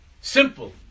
simple